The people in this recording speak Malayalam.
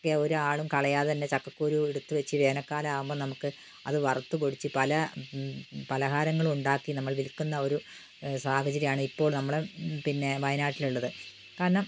ചക്കയെ ഒരാളും കളയാതെത്തന്നെ ചക്കക്കുരു എടുത്ത് വെച്ച് വേനൽക്കാലം ആകുമ്പോൾ നമുക്ക് അത് വറുത്ത് പൊടിച്ച് പല പലഹാരങ്ങളും ഉണ്ടാക്കി നമ്മൾ വിൽക്കുന്ന ഒരു സാഹചര്യം ആണ് ഇപ്പോൾ നമ്മളുടെ പിന്നെ വയനാട്ടില് ഉള്ളത് കാരണം